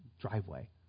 driveway